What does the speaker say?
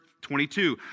22